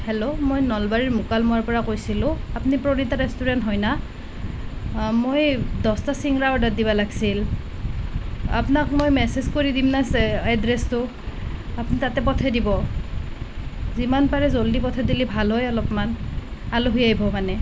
hello মই নলবাৰীৰ মুকালমুৱাৰ পৰা কৈছিলোঁ আপুনি পৰীণিতা ৰেষ্টুৰেণ্ট হয়নে মই দহটা চিংৰা অৰ্ডাৰ দিবা লাগিছিল আপোনাক মই মেচেজ কৰি দিম নে এড্ৰেছটো আপুনি তাতে পঠাই দিব যিমান পাৰে জলদি পঠাই দিলে ভাল হয় অলপমান আলহী আহিব মানে